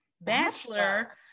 bachelor